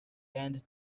end